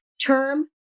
term